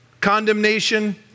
Condemnation